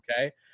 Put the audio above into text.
okay